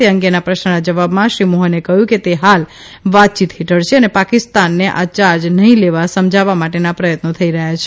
તે અંગેના પ્રશ્નના જવાબમાં શ્રી મોહને કહ્યું કે તે અંગે ફાલ વાતચીત યાલી રહી છે અને પાકિસ્તાનને આ ચાર્જ નહિં લેવા સમજાવવા માટેના પ્રયત્નો થઇ રહ્યા છે